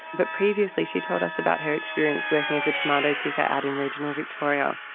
but previously she told us about her experience working as a tomato picker out in regional victoria.